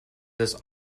this